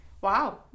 wow